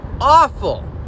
awful